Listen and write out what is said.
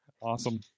Awesome